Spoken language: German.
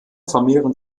vermehren